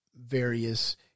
various